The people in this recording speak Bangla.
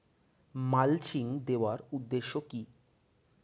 মালচিং দেওয়ার উদ্দেশ্য কি?